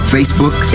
Facebook